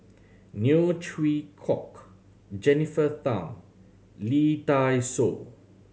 Neo Chwee Kok Jennifer Tham Lee Dai Soh